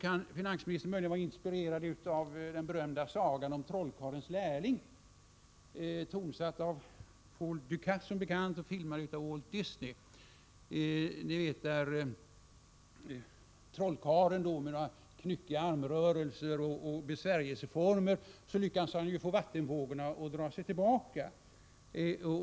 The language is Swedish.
Kan finansministern möjligen vara inspirerad av den berömda sagan om trollkarlens lärling, tonsatt av Paul Dukas och filmad av Walt Disney? Som ni vet lyckas trollkarlen i sagan att med några knyckiga armrörelser och besvärjelseformler få vattenvågorna att dra sig tillbaka.